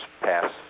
pass